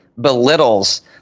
belittles